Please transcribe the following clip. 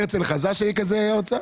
שיהיה כזה אוצר?